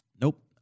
Nope